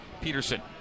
Peterson